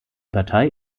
partei